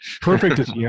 perfect